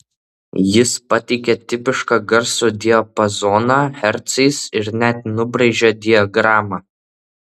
jis pateikė tipišką garso diapazoną hercais ir net nubraižė diagramą